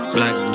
Black